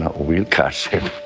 we'll we'll catch him